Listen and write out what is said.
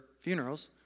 funerals